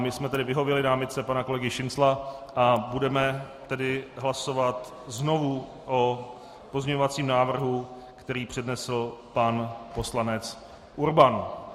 My jsme tedy vyhověli námitce pana kolegy Šincla a budeme tedy hlasovat znovu o pozměňovacím návrhu, který přednesl pan poslanec Urban.